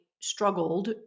struggled